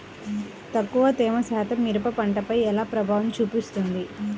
తక్కువ తేమ శాతం మిరప పంటపై ఎలా ప్రభావం చూపిస్తుంది?